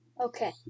Okay